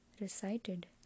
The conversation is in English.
recited